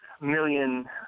million